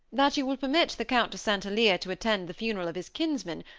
that you will permit the count de st. alyre to attend the funeral of his kinsman,